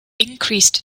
increased